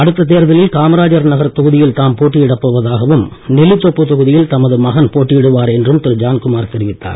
அடுத்த தேர்தலில் காமராஜ் நகர் தொகுதியில் தாம் போட்டியிடப் போவதாகவும் நெல்லித்தோப்பு தொகுதியில் தமது மகன் போட்டியிடுவார் என்றும் திரு ஜான்குமார் தெரிவித்தார்